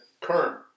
current